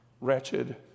wretched